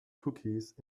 cookies